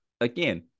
again